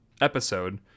episode